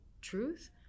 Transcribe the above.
truth